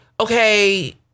okay